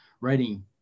writing